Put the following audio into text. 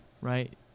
right